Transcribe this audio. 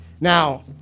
Now